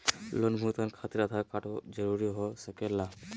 Loan भुगतान खातिर Aadhaar card जरूरी हो सके ला?